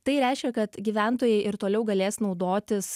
tai reiškia kad gyventojai ir toliau galės naudotis